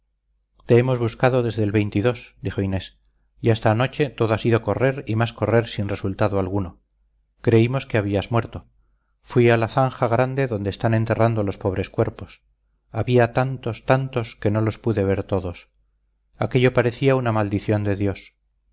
te hemos buscado desde el dijo inés y hasta anoche todo ha sido correr y más correr sin resultado alguno creímos que habías muerto fui a la zanja grande donde están enterrando los pobres cuerpos había tantos tantos que no los pude ver todos aquello parecía una maldición de dios